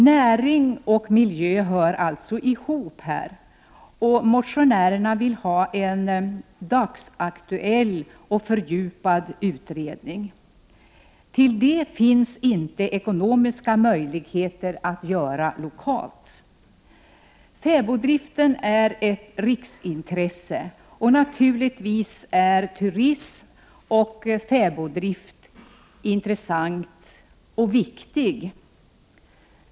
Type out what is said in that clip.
Näring och miljö hör alltså ihop här, och motionärerna vill ha en dagsaktuell och fördjupad utredning. Det finns inte ekonomiska möjligheter att göra detta lokalt. Fäboddriften är ett riksintresse, och naturligtvis är turism och fäboddrift intressanta och viktiga.